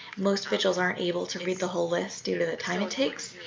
most vigils aren't able to read the whole list due to the time it takes.